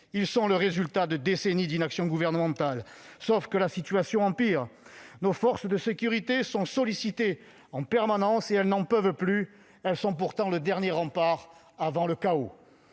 ils sont le résultat de décennies d'inaction gouvernementale. Seulement, la situation empire ! Nos forces de sécurité sont sollicitées en permanence et elles n'en peuvent plus. Elles sont pourtant le dernier rempart avant le chaos.